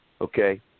Okay